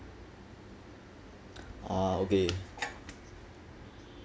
oh okay